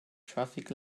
traffic